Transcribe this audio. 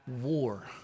war